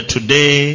Today